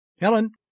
Helen